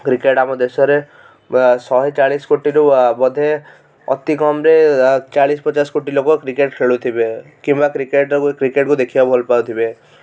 cricket ଆମ ଦେଶରେ ବ ଶହେ ଚାଳିଶି କୋଟିରୁ ବୋଧେ ଅତି କମ୍ ରେ ଚାଳିଶି ପଚାଶ କୋଟି ଲୋକ କ୍ରିକେଟ ଖେଳୁଥିବେ କିମ୍ବା କ୍ରିକେଟ କୁ କ୍ରିକେଟ ଦେଖିବାକୁ ଭଲ ପାଉଥିବେ